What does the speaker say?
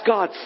God